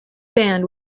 band